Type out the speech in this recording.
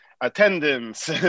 attendance